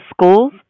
schools